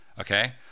okay